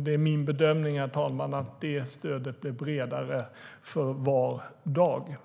Det är min bedömning, herr talman, att det stödet blir bredare för var dag.